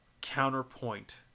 counterpoint